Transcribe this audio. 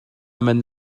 manh